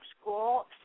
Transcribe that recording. school